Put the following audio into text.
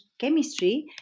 chemistry